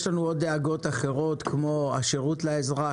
יש לנו עוד דאגות אחרות כמו השירות לאזרח,